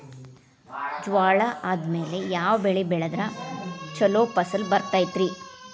ಜ್ವಾಳಾ ಆದ್ಮೇಲ ಯಾವ ಬೆಳೆ ಬೆಳೆದ್ರ ಛಲೋ ಫಸಲ್ ಬರತೈತ್ರಿ?